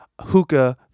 hookah